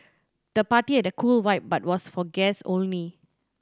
the party had a cool vibe but was for guests only